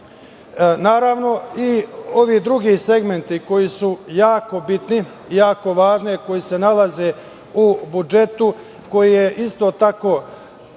Srbije. Naravno i ovi drugi segmenti koji su jako bitni i jako važni, koji se nalaze u budžetu koje isto tako